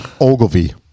Ogilvy